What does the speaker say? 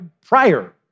prior